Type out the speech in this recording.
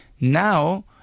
now